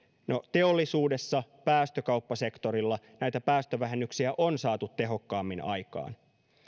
no teollisuudessa päästökauppasektorilla näitä päästövähennyksiä on saatu tehokkaammin aikaan